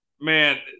man